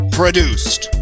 produced